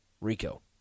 Rico